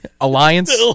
Alliance